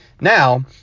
Now